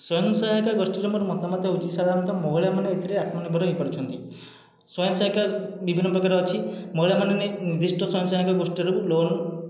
ସ୍ୱୟଂସହାୟକ ଗୋଷ୍ଠିରେ ମୋର ମତାମତ ହେଉଛି ସାଧାରଣତଃ ମହିଳାମାନେ ଏଥିରେ ଆତ୍ମନିର୍ଭର ହୋଇପାରୁଛନ୍ତି ସ୍ୱୟଂସାହାୟକା ବିଭିନ୍ନ ପ୍ରକାର ଅଛି ମହିଳା ମାନେ ନିର୍ଦ୍ଧିଷ୍ଟ ସ୍ୱୟଂ ସହାୟକ ଗୋଷ୍ଠିରୁ ଲୋନ